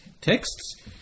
texts